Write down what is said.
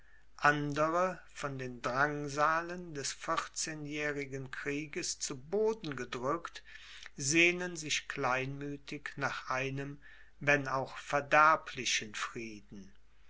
andere von den drangsalen des vierzehnjährigen krieges zu boden gedrückt sehnen sich kleinmüthig nach einem wenn auch verderblichen frieden